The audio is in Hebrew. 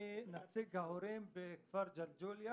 אני נציג ההורים בכפר ג'לג'וליה.